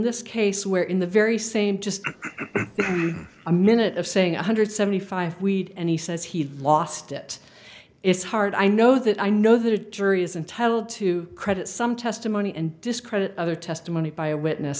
this case where in the very same just a minute of saying one hundred seventy five weed and he says he lost it it's hard i know that i know that a jury is entitled to credit some testimony and discredit other testimony by a witness